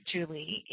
Julie